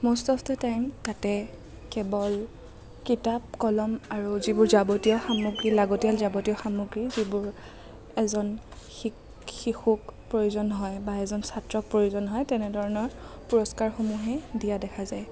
most of the time তাতে কেৱল কিতাপ কলম আৰু যিবোৰ যাৱতীয় সামগ্ৰী লাগতীয়াল যাৱতীয় সামগ্ৰী সেইবোৰ এজন শি শিশুক প্ৰয়োজন হয় বা এজন ছাত্ৰক প্ৰয়োজন হয় তেনেধৰণৰ পুৰষ্কাৰসমূহেই দিয়া দেখা যায়